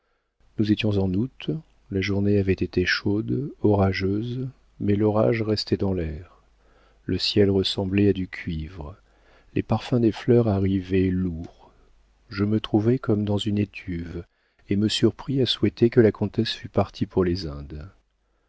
nous étions en août la journée avait été chaude orageuse mais l'orage restait dans l'air le ciel ressemblait à du cuivre les parfums des fleurs arrivaient lourds je me trouvais comme dans une étuve et me surpris à souhaiter que la comtesse fût partie pour les indes